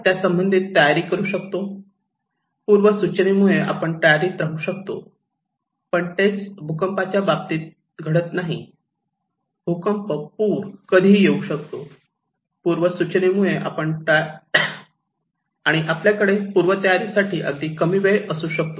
आपण त्या संबंधित तयारी करू शकतो पूर्व सूचनेमुळे आपण तयारीत राहू शकतो पण तेच भूकंपाच्या बाबतीत नाही भूकंप व पूर कधीही येऊ शकतो आणि आपल्याकडे पूर्वतयारी साठी अगदी कमी वेळ असू शकतो